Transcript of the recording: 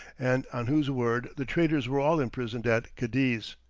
and on whose word the traitors were all imprisoned at cadiz.